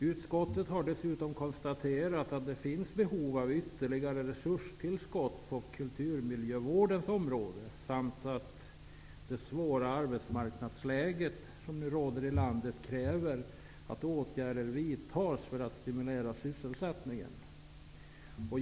Utskottet har dessutom konstaterat att det finns behov av ytterligare resurstillskott på kulturmiljövårdens område samt att det svåra arbetsmarknadsläge som nu råder i landet kräver att åtgärder vidtas för att stimulera sysselsättningen.